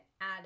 add